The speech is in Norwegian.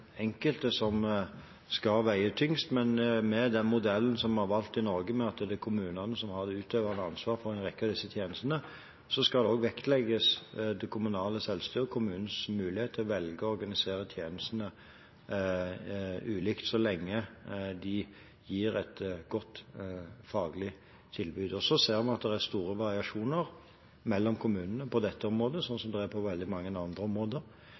som har det utøvende ansvaret for en rekke av disse tjenestene, skal også det kommunale selvstyret vektlegges, kommunens mulighet til å velge å organisere tjenestene ulikt så lenge de gir et godt faglig tilbud. Så ser vi at det er store variasjoner mellom kommunene på dette området, som det er på veldig mange andre områder.